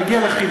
אגיע לכי"ל,